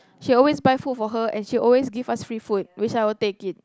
she always buy food for her and she always give us free food which I will take it